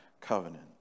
covenant